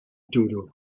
dodo